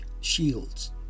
shields